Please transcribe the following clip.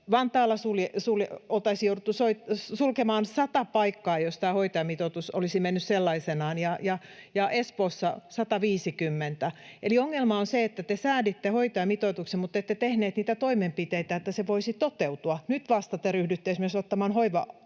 Vantaalla oltaisiin jouduttu sulkemaan 100 paikkaa, jos tämä hoitajamitoitus olisi mennyt sellaisenaan, ja Espoossa 150. Eli ongelma on se, että te sääditte hoitajamitoituksen mutta ette tehneet niitä toimenpiteitä, että se voisi toteutua. Nyt vasta te ryhdytte esimerkiksi ottamaan hoiva-avustajia